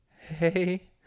Hey